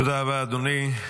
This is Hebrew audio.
תודה רבה, אדוני.